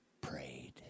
prayed